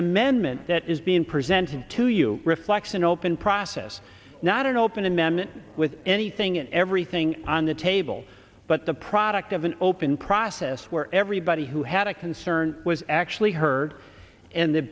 amendment that is being presented to you reflects an open process not an open amendment with anything and everything on the table but the product of an open process where everybody who had a concern was actually heard and the